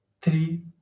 three